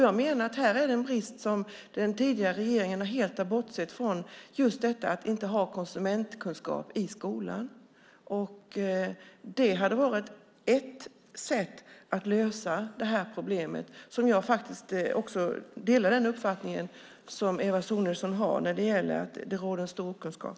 Jag menar att här är det en brist som den tidigare regeringen helt har bortsett från, just detta att inte ämnet konsumentkunskap finns i skolan. Det hade varit ett sätt att lösa problemet, för jag delar Eva Sonidssons uppfattning att det råder en stor okunskap.